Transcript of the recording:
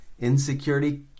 Insecurity